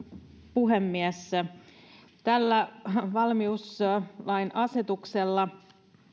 puhemies tällä valmiuslain asetuksella